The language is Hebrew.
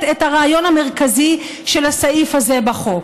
את הרעיון המרכזי של הסעיף הזה בחוק.